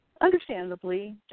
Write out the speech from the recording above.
understandably